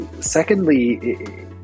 secondly